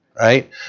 right